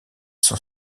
sont